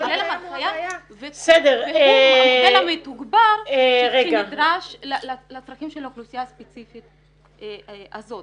המודל הקיים --- מתוגבר שנדרש לצרכים של האוכלוסייה הספציפית הזאת.